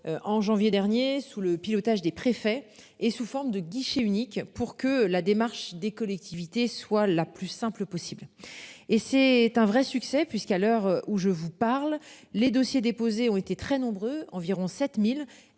En janvier dernier sous le pilotage des préfets et sous forme de guichet unique pour que la démarche des collectivités, soit la plus simple possible et c'est un vrai succès puisqu'à l'heure où je vous parle, les dossiers déposés ont été très nombreux, environ 7000